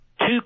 Two